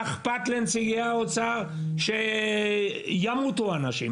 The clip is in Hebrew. מה איכפת לנציגי האוצר שימות האנשים,